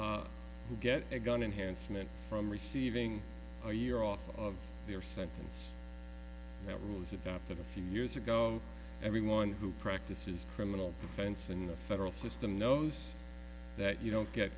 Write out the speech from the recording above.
who get a gun enhanced meant from receiving a year off of their sentence that was adopted a few years ago everyone who practices criminal defense in the federal system knows that you don't get